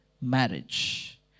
marriage